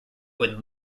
would